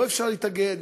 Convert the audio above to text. אי-אפשר להתאגד,